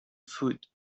foot